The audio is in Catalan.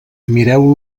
mireu